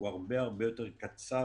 קריטריונים ברורים חד משמעיים.